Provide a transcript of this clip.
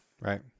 Right